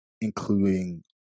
including